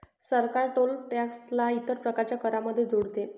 सरकार toll tax ला इतर प्रकारच्या करांमध्ये जोडते